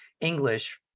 English